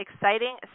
exciting